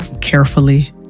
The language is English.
carefully